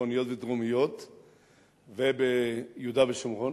הצפוניות והדרומיות וביהודה ושומרון.